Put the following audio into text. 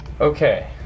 okay